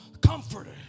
Comforter